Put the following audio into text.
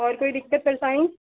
और कोई दिक्कत परेशानी